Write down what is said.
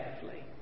carefully